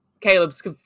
Caleb's